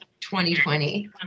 2020